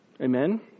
Amen